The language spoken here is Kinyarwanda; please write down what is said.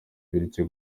bityo